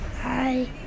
Hi